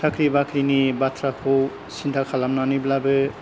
साख्रि बाख्रिनि बाथ्राखौ सिन्ता खालामनानैब्लाबो